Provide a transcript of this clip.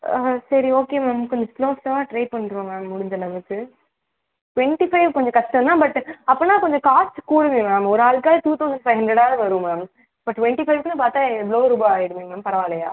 ஆ சரி okay ma'am கொஞ்சம் கிளோஸ்டாக ட்ரை பண்ணுறோம் மேம் முடிஞ்ச அளவுக்கு ட்வெண்ட்டி ஃபைவ் கொஞ்சம் கஷ்டம் தான் பட்டு அப்போனா கொஞ்சம் காஸ்ட் கூடுமே மேம் ஒரு ஆளுக்காவது டூ தௌசண்ட் ஃபைவ் ஹண்ட்ரட் ஆவது வரும் மேம் இப்போ ட்வெண்ட்டி ஃபைவ்க்கும் பார்த்தா எவ்வளவோ ரூபா ஆயிடுமே மேம் பரவால்லையா